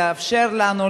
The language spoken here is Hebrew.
לאפשר לנו,